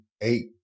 eight